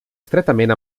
estretament